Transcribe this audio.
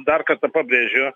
dar kartą pabrėžiu